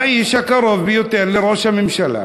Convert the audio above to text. האיש הקרוב ביותר לראש הממשלה